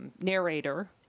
narrator